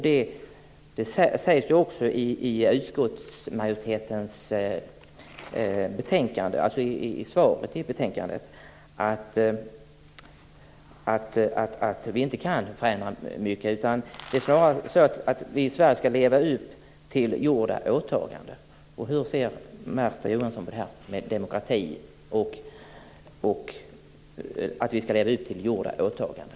Det sägs också i svaret i betänkandet att vi inte kan förändra mycket. Det är snarare så att vi i Sverige ska leva upp till gjorda åtaganden. Hur ser Märta Johansson på frågan om demokrati och att vi ska leva upp till gjorda åtaganden?